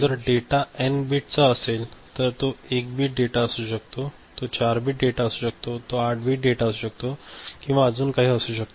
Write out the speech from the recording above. तर जर data N बिटचा असेल तर तो 1 बिट डेटा असू शकतो तो 4 बिट डेटा असू शकतो तो 8 बिट डेटा किंवा अजून काही असू शकतो